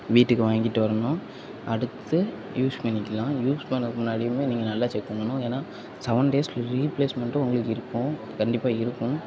வீட்டுக்கு வாங்கிகிட்டு வரணும் அடுத்து யூஸ் பண்ணிக்கலாம் யூஸ் பண்ணதுக்கு முன்னாடியுமே நீங்கள் நல்லா செக் பண்ணணும் ஏன்னா செவன் டேஸ்க்கு ரீப்ளேஸ்மெண்ட்டும் உங்களுக்கு இருக்கும் கண்டிப்பாக இருக்கும்